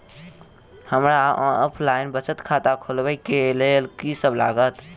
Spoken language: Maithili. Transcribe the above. हमरा ऑफलाइन बचत खाता खोलाबै केँ लेल की सब लागत?